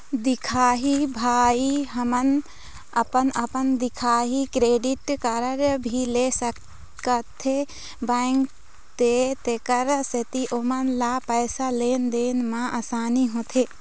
दिखाही भाई हमन अपन अपन दिखाही क्रेडिट कारड भी ले सकाथे बैंक से तेकर सेंथी ओमन ला पैसा लेन देन मा आसानी होथे?